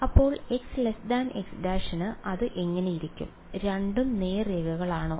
അപ്പോൾ x x′ ന് അത് എങ്ങനെയിരിക്കും രണ്ടും നേർരേഖകളാണോ